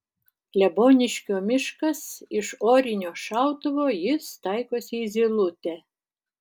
kleboniškio miškas iš orinio šautuvo jis taikosi į zylutę